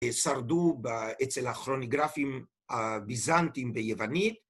שרדו אצל הכרוניגרפים הביזנטיים ביוונית.